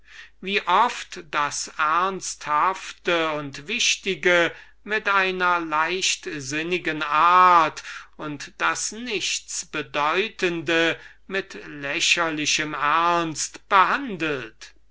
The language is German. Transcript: wie oft das ernsthafte und wichtige mit einer leichtsinnigen art und das nichtsbedeutende mit lächerlicher gravität behandelt